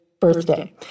birthday